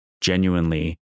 genuinely